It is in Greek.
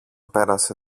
πέρασε